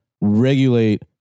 regulate